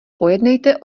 pojednejte